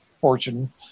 fortune